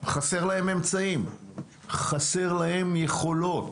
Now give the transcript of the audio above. חסרים להם אמצעים, חסרות להם יכולות,